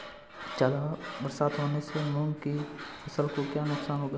ज़्यादा बरसात होने से मूंग की फसल में क्या नुकसान होगा?